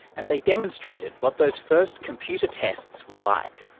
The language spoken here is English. and they demonstrated what those first computer tests were like.